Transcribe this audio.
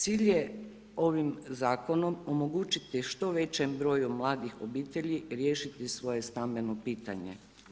Cilj je ovim zakonom omogućiti što većem broju mladih obitelji riješiti svoje stambeno pitanje.